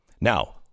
now